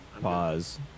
Pause